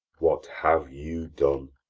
what have you done?